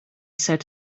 said